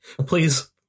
Please